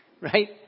Right